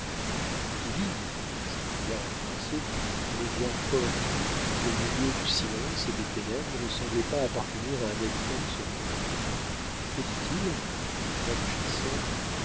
qui vive s'écria en français une voix forte qui au milieu du silence et des ténèbres ne semblait pas appartenir à un habitant de ce monde que dit-il demanda le chasseur